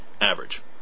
average